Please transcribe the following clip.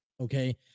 Okay